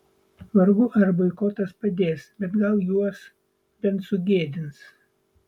vargu ar boikotas padės bet gal juos bent sugėdins